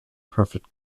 perfect